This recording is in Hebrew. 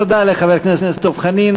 תודה לחבר הכנסת דב חנין.